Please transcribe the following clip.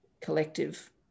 collective